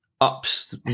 ups